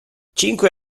cinque